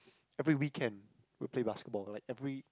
every weekend we play basketball like every